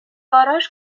گاراژ